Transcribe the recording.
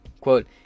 quote